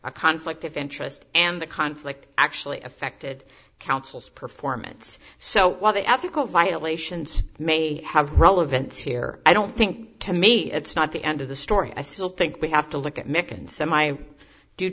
a conflict of interest and the conflict actually affected counsels performance so while the ethical violations may have relevance here i don't think to me it's not the end of the story i still think we have to look at